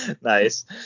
Nice